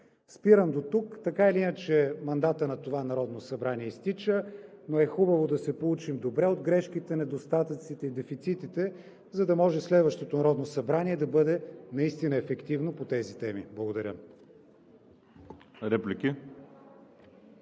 Спирам дотук. Така или иначе мандатът на това Народно събрание изтича, но е хубаво да се поучим добре от грешките, недостатъците и дефицитите, за да може следващото Народно събрание да бъде наистина ефективно по тези теми. Благодаря.